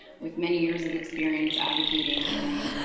with many years of experience advocating and